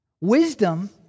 Wisdom